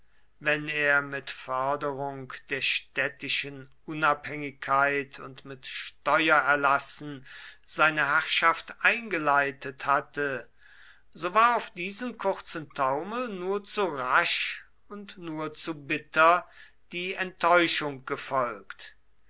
wenn er mit förderung der städtischen unabhängigkeit und mit steuererlassen seine herrschaft eingeleitet hatte so war auf diesen kurzen taumel nur zu rasch und nur zu bitter die enttäuschung gefolgt